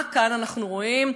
מה אנחנו רואים כאן?